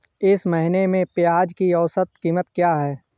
इस महीने में प्याज की औसत कीमत क्या है?